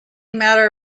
mata